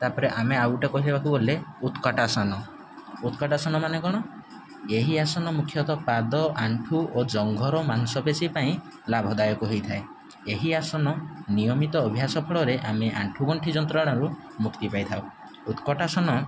ତାପରେ ଆମେ ଆଉଗୋଟେ କହିବାକୁ ଗଲେ ଉତ୍କଟାସନ ଉତ୍କଟାସନ ମାନେ କଣ ଏହି ଆସନ ମୁଖ୍ୟତଃ ପାଦ ଆଣ୍ଠୁ ଓ ଜଙ୍ଘର ମାଂସପେଶୀ ପାଇଁ ଲାଭଦାୟକ ହେଇଥାଏ ଏହି ଆସନ ନିୟମିତ ଅଭ୍ୟାସ ଫଳରେ ଆମେ ଆଣ୍ଠୁଗଣ୍ଠି ଯନ୍ତ୍ରଣାରୁ ମୁକ୍ତି ପାଇଥାଉ ଉତ୍କଟାସନ